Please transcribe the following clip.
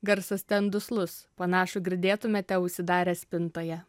garsas ten duslus panašų girdėtumėte užsidarę spintoje